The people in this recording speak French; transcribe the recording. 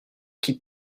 qui